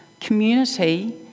community